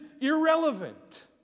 irrelevant